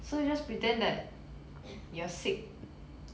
so just pretend that you are sick